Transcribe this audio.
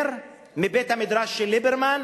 מבית-המדרש של ליברמן,